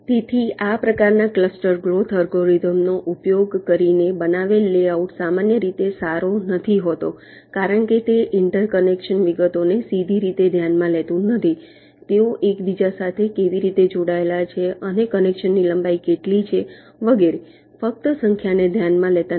તેથી આ પ્રકારના ક્લસ્ટર ગ્રોથ એલ્ગોરિધમ્સનો ઉપયોગ કરીને બનાવેલ લેઆઉટ સામાન્ય રીતે સારો નથી હોતો કારણ કે તે ઇન્ટર કનેક્શન વિગતોને સીધી રીતે ધ્યાનમાં લેતું નથી તેઓ એકબીજા સાથે કેવી રીતે જોડાયેલા છે અને કનેક્શન લંબાઈ કેટલી છે વગેરે ફક્ત સંખ્યાને ધ્યાનમાં લેતા નથી